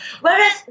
Whereas